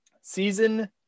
season